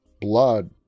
blood